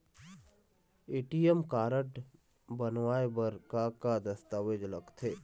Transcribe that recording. ATM card बनवाए बर का का दस्तावेज लगथे?